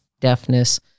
deafness